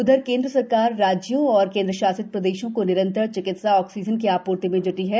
उधरकेंद्र सरकार राज्यों और केंद्र शासित प्रदेशों को निरंतर चिकित्सा ऑक्सीजन की आपूर्ति में जुटी है